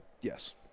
Yes